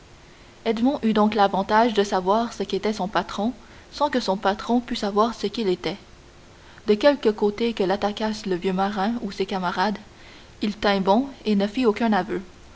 eut donc l'avantage de savoir ce qu'était son patron sans que son patron pût savoir ce qu'il était de quelque côté que l'attaquassent le vieux marin ou ses camarades il tint bon et ne fit aucun aveu